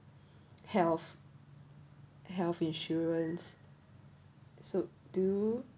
health health insurance so do